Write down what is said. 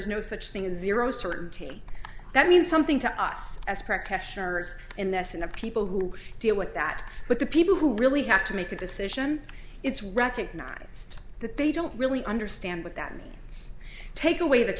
is no such thing as zero certainty that means something to us as practitioners in this in the people who deal with that but the people who really have to make a decision it's recognized that they don't really understand what that means it's take away the